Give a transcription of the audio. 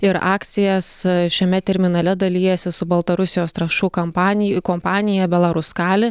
ir akcijas šiame terminale dalijasi su baltarusijos trąšų kampanij kompanija belaruskali